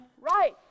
right